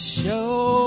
show